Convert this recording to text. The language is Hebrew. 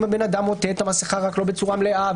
אם הבן אדם עוטה את המסכה רק לא בצורה מלאה,